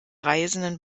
reisenden